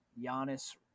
Giannis